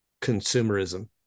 consumerism